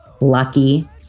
Lucky